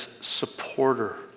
supporter